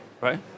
right